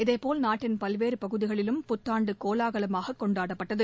இதேபோல் நாட்டின் பல்வேறுபகுதிகளிலும் புத்தாண்டுகோலாகலமாககொண்டாடப்பட்டது